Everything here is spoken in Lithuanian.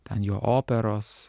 ten jo operos